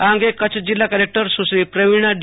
આ અંગે કચ્છ જિલ્લા લકેકટર સુશ્રી પ્રવિણા ડી